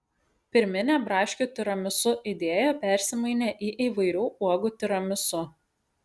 pirminė braškių tiramisu idėja persimainė į įvairių uogų tiramisu